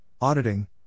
auditing